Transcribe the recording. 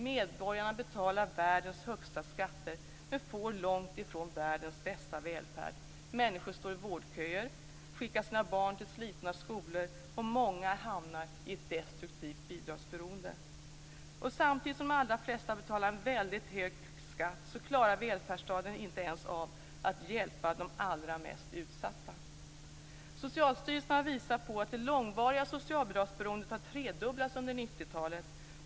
Medborgarna betalar världens högsta skatter, men får långt ifrån världens bästa välfärd. Människor står i vårdköer, skickar sina barn till slitna skolor, och många hamnar i ett destruktivt bidragsberoende. Och samtidigt som de allra flesta betalar en väldigt hög skatt så klarar välfärdsstaten inte ens av att hjälpa de allra mest utsatta. Socialstyrelsen har visat på att det långvariga socialbidragsberoendet har tredubblats under 90-talet.